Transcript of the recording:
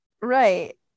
right